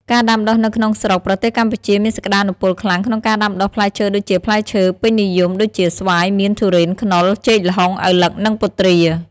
ការដាំដុះនៅក្នុងស្រុកប្រទេសកម្ពុជាមានសក្តានុពលខ្លាំងក្នុងការដាំដុះផ្លែឈើដូចជាផ្លែឈើពេញនិយម ដូចជា ស្វាយ មៀន ធូររន ខ្នុរ ចេក ល្ហុង ឪឡឹក និងពុទ្រា។